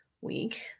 week